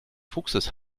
fuchses